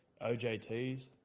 OJTs